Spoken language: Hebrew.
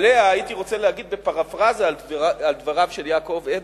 עליה הייתי רוצה להגיד בפרפראזה על דבריו של יעקב אדרי: